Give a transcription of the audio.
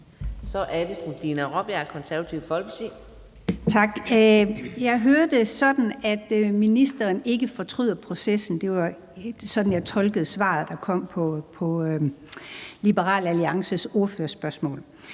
Kl. 17:54 Dina Raabjerg (KF): Tak. Jeg hører det sådan, at ministeren ikke fortryder processen. Det var sådan, jeg tolkede svaret, der kom, på Liberal Alliances ordførers spørgsmål.